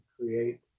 create